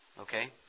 Okay